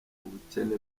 ubukene